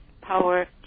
power